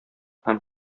һәм